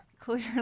clearly